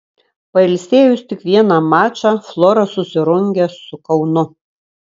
pailsėjus tik vieną mačą flora susirungia su kaunu